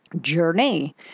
journey